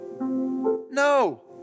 No